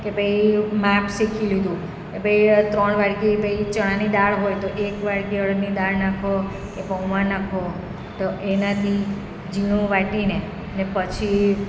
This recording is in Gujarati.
કે ભાઈ માપ શીખી લીધું કે ભાઈ ત્રણ વાટકી પેલી ચણાની દાળ હોય તો એક વાટકી અળદની દાળ નાખો કે પૌંઆ નાખો તો એનાથી ઝીણું વાટીને પછી